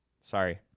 sorry